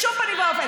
בשום פנים ואופן.